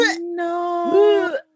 no